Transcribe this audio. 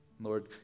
Lord